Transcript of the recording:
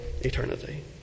eternity